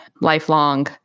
lifelong